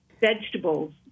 Vegetables